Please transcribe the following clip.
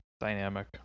dynamic